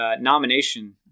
nomination